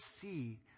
see